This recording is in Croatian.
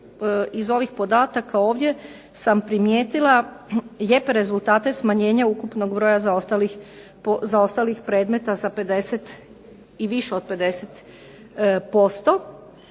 iz ovih podataka ovdje, sam primijetila lijepe rezultate smanjenja ukupnog broja zaostalih predmeta, za 50, i više od 50%,